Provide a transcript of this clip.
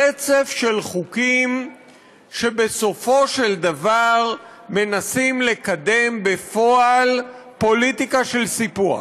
רצף של חוקים שבסופו של דבר מנסים לקדם בפועל פוליטיקה של סיפוח.